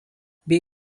bei